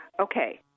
Okay